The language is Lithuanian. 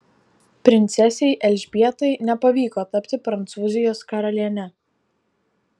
princesei elžbietai nepavyko tapti prancūzijos karaliene